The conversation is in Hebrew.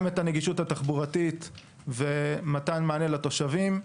גם את הנגישות התחבורתית ומתן מענה לתושבים.